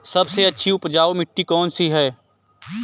सबसे अच्छी उपजाऊ मिट्टी कौन सी है?